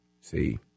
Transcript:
See